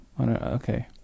Okay